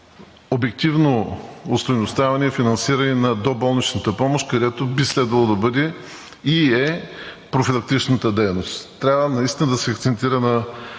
обективно остойностяване и финансиране на доболничната помощ, където би следвало да бъде и е профилактичната дейност. Трябва наистина да се акцентира на